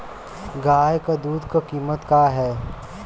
गाय क दूध क कीमत का हैं?